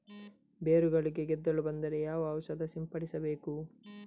ಬೇರುಗಳಿಗೆ ಗೆದ್ದಲು ಬಂದರೆ ಯಾವ ಔಷಧ ಸಿಂಪಡಿಸಬೇಕು?